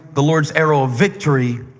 the lord's arrow of victory,